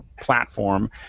platform